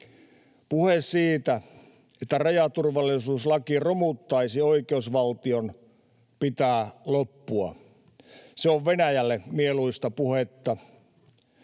Puheen siitä, että rajaturvallisuuslaki romuttaisi oikeusvaltion, pitää loppua. Se on Venäjälle mieluista puhetta.